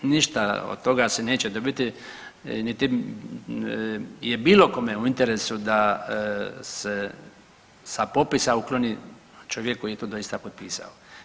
Ništa od toga se neće dobiti niti je bilo kome u interesu da se sa popisa ukloni čovjek koji je to doista potpisao.